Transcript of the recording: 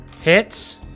Hits